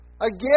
Again